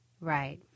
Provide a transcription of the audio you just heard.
Right